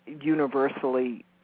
universally